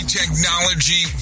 technology